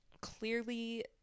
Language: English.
clearly